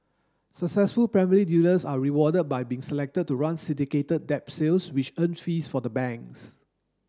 successful primary dealers are rewarded by being selected to run syndicated debt sales which earn fees for the banks